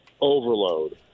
overload